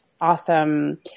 awesome